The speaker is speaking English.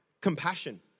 compassion